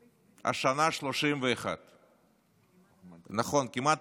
והשנה, 31. נכון, כמעט